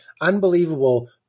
unbelievable